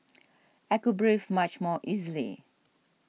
I could breathe much more easily